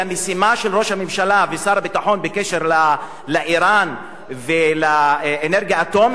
הממשלה ושר הביטחון בקשר לאירן ולאנרגיה האטומית האירנית,